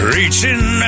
Reaching